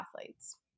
athletes